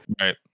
Right